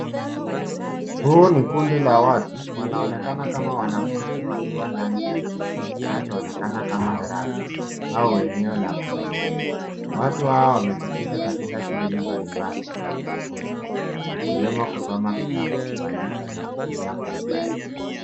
Huu ni kundi la watu wanaonekana kama wanafunzi wakiwa ndani ya chumba kinachoonekana kama darasa hao wenyewe wa kusomea, watu hao wamejikita katika shughuli mbalimbali za kujifunza ikiwemo kusoma vitabu kuandika na kutumia kompyuta.